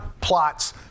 plots